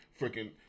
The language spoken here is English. freaking